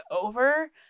over